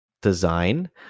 design